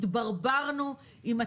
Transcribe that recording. התברברנו עם הצורך,